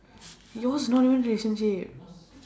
yours not even relationship